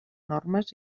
normes